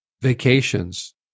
vacations